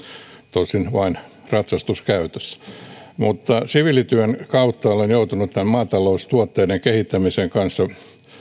tosin vain ratsastuskäytössä siviilityön kautta olen joutunut maataloustuotteiden kehittämisen kanssa